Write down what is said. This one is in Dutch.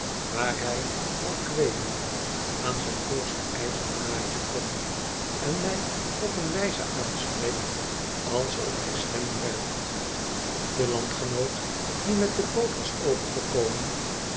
waar hij al kweelende aan zijn voorste ijzerdraadje komt en mij op een wujze aanspreekt alsof hij stemmen werft de landgenoot die met de boot was overgekomen